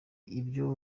ibyo